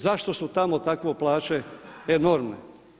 Zašto su tamo takve plaće enormne?